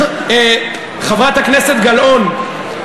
חברת הכנסת גלאון,